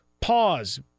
pause